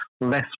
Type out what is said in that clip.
less